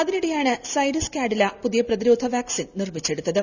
അതിനിടെയാണ് സൈഡസ് കാഡില പുതിയ പ്രതിരോധ വാക്സിൻ നിർമ്മിച്ചെടുത്തത്